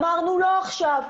אמרנו, לא עכשיו.